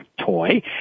toy